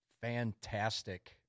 fantastic